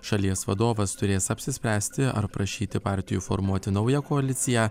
šalies vadovas turės apsispręsti ar prašyti partijų formuoti naują koaliciją